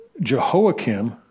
Jehoiakim